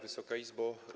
Wysoka Izbo!